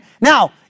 now